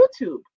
YouTube